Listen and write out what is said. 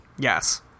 Yes